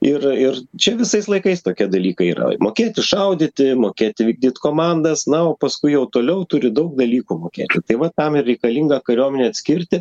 ir ir čia visais laikais tokie dalykai yra mokėti šaudyti mokėti vykdyt komandas na o paskui jau toliau turi daug dalykų mokėti tai vat tam ir reikalinga kariuomenė atskirti